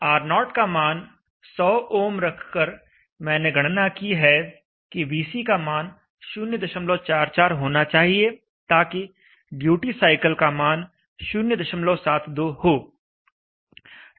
R0 का मान 100 ohm रखकर मैंने गणना की है कि Vc का मान 044 होना चाहिए ताकि ड्यूटी साइकिल का मान 072 हो